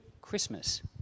Christmas